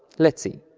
let's see.